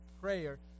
prayer